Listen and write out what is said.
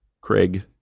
Craig